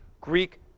Greek